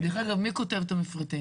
דרך אגב, מי כותב את המפרטים?